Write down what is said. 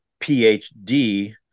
PhD